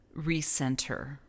recenter